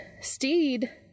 Steed